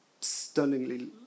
stunningly